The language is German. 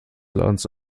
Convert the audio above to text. ladens